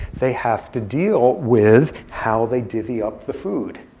they have to deal with how they divvy up the food.